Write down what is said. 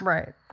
Right